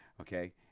Okay